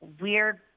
weird